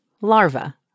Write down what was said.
larva